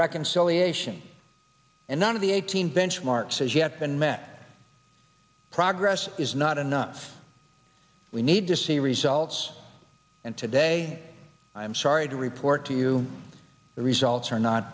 reconciliation and none of the eighteen benchmarks has yet been met progress is not enough we need to see results and today i'm sorry to report to you the results are not